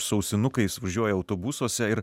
su ausinukais važiuoja autobusuose ir